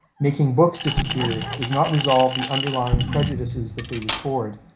making books disappear does not resolve the underlying prejudices that they record,